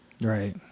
Right